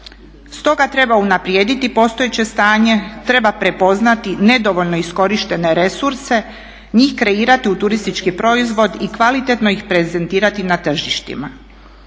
Stoga treba unaprijediti postojeće stanje, treba prepoznati nedovoljno iskorištene resurse, njih kreirati u turistički proizvod i kvalitetno ih prezentirati na tržištima.